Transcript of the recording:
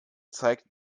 zeigt